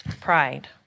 Pride